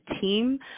team